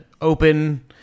open